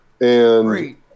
great